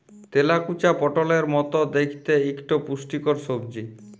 তেলাকুচা পটলের মত দ্যাইখতে ইকট পুষ্টিকর সবজি